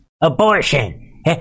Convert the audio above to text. Abortion